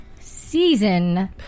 season